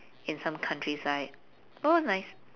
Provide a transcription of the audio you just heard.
in some countryside oh it was nice